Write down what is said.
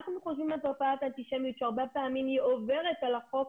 אנחנו חושבים על תופעת האנטישמיות שהרבה פעמים היא עוברת על החוק,